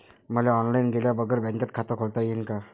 मले ऑनलाईन गेल्या बगर बँकेत खात खोलता येईन का?